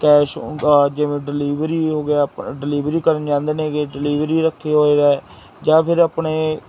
cash ਆ ਜਿਵੇਂ delivery ਹੋ ਗਿਆ ਆਪਣਾ ਡਿਲੀਵਰੀ ਕਰਨ ਜਾਂਦੇ ਨੇ ਹੈਗੇ ਡਿਲੀਵਰੀ ਰੱਖੇ ਹੋਏ ਆ ਜਾਂ ਫਿਰ ਆਪਣੇ